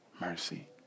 mercy